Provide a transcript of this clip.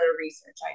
research